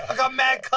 ah got mad